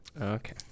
okay